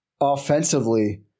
offensively